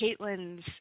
Caitlin's